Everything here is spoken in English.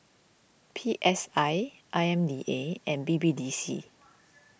P S I I M D A and B B D C